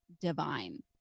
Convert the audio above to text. divine